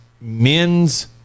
men's